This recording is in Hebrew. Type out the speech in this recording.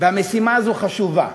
והמשימה הזאת חשובה,